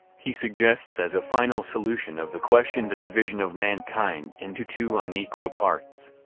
he suggests as a final solution of the question the division of mankind into two unequal parts.